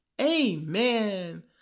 Amen